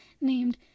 named